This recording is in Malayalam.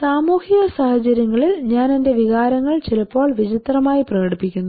സാമൂഹിക സാഹചര്യങ്ങളിൽ ഞാൻ എന്റെ വികാരങ്ങൾ ചിലപ്പോൾ വിചിത്രമായി പ്രകടിപ്പിക്കുന്നു